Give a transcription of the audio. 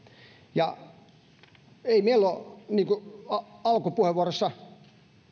ja ei meille ole niin kuin alkupuheenvuorossa